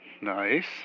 nice